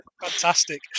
fantastic